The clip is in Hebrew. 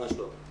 לא.